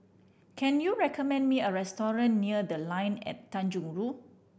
can you recommend me a restaurant near The Line at Tanjong Rhu